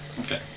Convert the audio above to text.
Okay